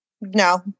No